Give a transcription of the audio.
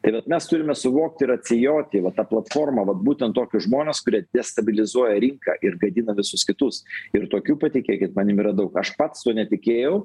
tai vat mes turime suvokti ir atsijoti va ta platforma vat būtent tokius žmones kurie destabilizuoja rinką ir gadina visus kitus ir tokių patikėkit manim yra daug aš pats tuo netikėjau